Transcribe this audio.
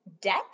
debt